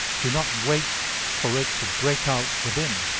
do not wait for it to break out within,